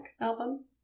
album